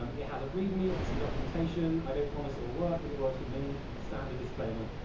um it has a read me. it has some documentation. i don't promise it will work, but it works for me. standard disclaimer.